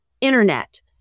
Internet